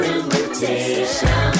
invitation